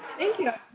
thank you.